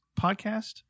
podcast